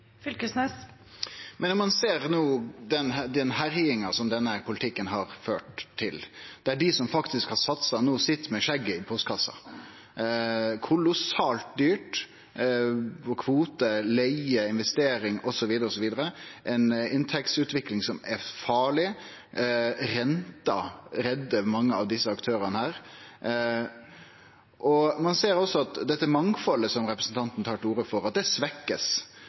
Men om ein ser den herjinga som denne politikken har ført til, er det slik at dei som har satsa no, sit med skjegget i postkassa. Det er kolossalt dyrt – kvote, leige, investeringar osv. Det er ei inntektsutvikling som er farleg. Renta reddar mange av desse aktørane. Ein ser også at det mangfaldet som representanten tar til orde for, blir svekt. Det